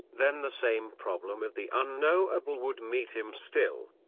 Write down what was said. then the same problem of the unknowable would meet him still.